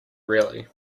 really